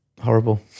horrible